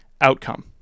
outcome